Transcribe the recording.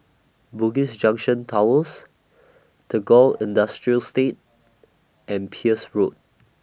Bugis Junction Towers Tagore Industrial Estate and Peirce Road